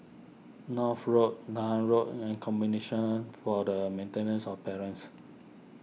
North Road Nan Road and for the Maintenance of Parents